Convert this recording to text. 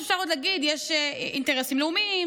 שאפשר עוד להגיד שיש אינטרסים לאומיים,